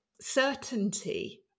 certainty